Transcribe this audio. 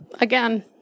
Again